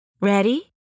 Ready